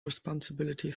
responsibility